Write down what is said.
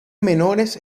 menores